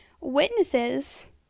Witnesses